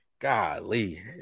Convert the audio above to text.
Golly